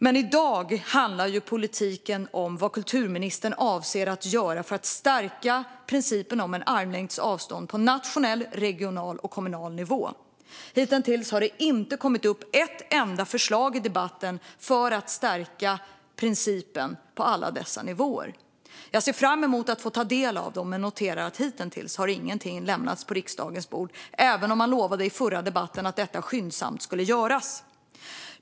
Men i dag handlar politiken om vad kulturministern avser att göra för att stärka principen om armlängds avstånd på nationell, regional och kommunal nivå? Hittills har det inte kommit ett enda förslag för att stärka principen på alla dessa nivåer. Jag ser fram emot att ta del av dem, men än har inget lagts på riksdagens bord - även om man i förra debatten lovade att detta skyndsamt skulle göras.